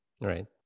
Right